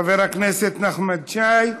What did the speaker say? חבר הכנסת נחמן שי,